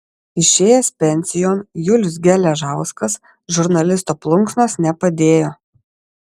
išėjęs pensijon julius geležauskas žurnalisto plunksnos nepadėjo